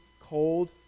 cold